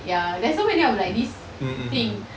ya there's so many of like these things